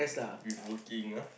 with working ah